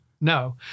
No